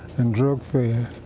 and drug fair,